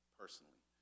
personally